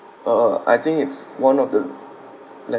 uh I think it's one of the like